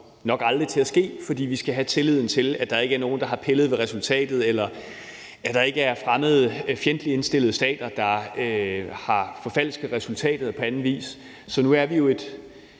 nok aldrig kommer til at ske, fordi vi skal have tilliden til, at der ikke er nogen, der har pillet ved resultatet, eller at der ikke er fremmede fjendtligt indstillede stater, der har forfalsket resultatet eller andet. Nu er vi jo,